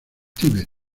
tíbet